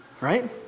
right